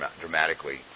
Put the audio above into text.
dramatically